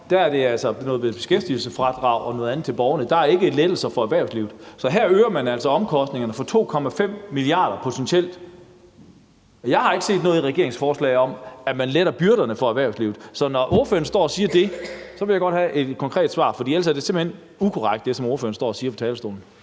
er der altså noget beskæftigelsesfradrag og noget andet til borgerne; der er ikke lettelser til erhvervslivet. Så her øger man altså omkostningerne for potentielt 2,5 mia. kr., og jeg har ikke set noget i regeringens forslag om, at man letter byrderne for erhvervslivet. Så når ordføreren står og siger det, vil jeg godt have et konkret svar i forhold til det. For ellers er det simpelt hen ukorrekt, hvad ordføreren står og siger fra talerstolen.